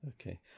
Okay